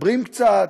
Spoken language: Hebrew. מדברים קצת,